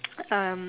um